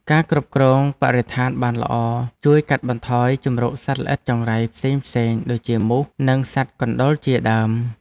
ការគ្រប់គ្រងបរិស្ថានបានល្អជួយកាត់បន្ថយជម្រកសត្វល្អិតចង្រៃផ្សេងៗដូចជាមូសនិងសត្វកណ្តុរជាដើម។